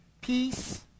peace